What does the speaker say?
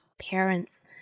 parents